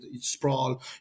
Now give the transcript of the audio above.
sprawl